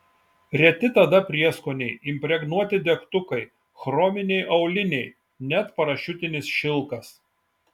reti tada prieskoniai impregnuoti degtukai chrominiai auliniai net parašiutinis šilkas